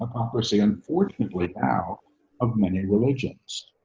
ocracy. unfortunately now of many religions,